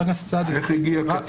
איך הגיע קטין?